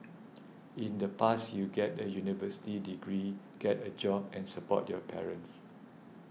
in the past you get a university degree get a job and support your parents